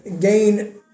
gain